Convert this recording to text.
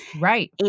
Right